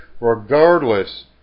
Regardless